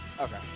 Okay